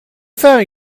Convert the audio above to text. فهمی